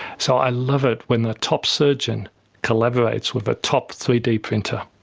so i love it when the top surgeon collaborates with a top three d printer.